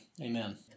Amen